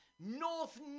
North